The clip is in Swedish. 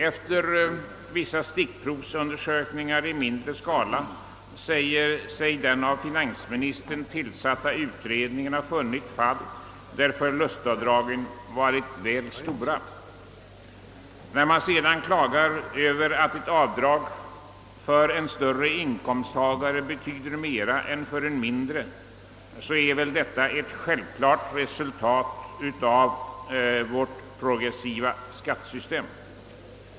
Efter vwissa stickprovsundersökningar i mindre skala säger sig den av finansministern tillsatta utredningen ha funnit fall där förlustaydragen varit väl stora. Man klagar vidare över att ett avdrag för en större inkomsttagare betyder mera än för en mindre, men detta är väl ett självklart resultat av vårt progressiva skattesystem.